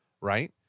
right